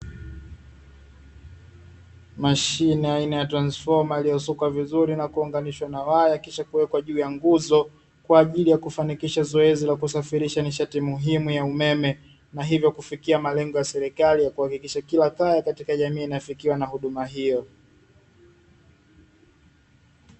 Mashine aina ya (transformers) iliyosukwa vizuri kwa waya kisha kuwekwa juu ya nguzo kwa ajili ya kufanikisha zoezi la kusafilisha nishati safi ya umeme na hivyo, kukamilisha malengo ya serikali kukamilisha kila kaya katika jamii inafikiwa na huduma hiyo.